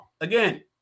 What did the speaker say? Again